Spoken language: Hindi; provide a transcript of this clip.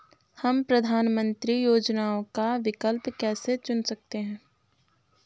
हम प्रधानमंत्री योजनाओं का विकल्प कैसे चुन सकते हैं?